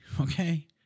Okay